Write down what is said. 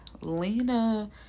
lena